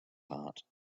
heart